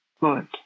good